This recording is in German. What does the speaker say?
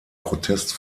protest